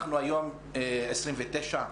היום ה-29,